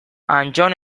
antton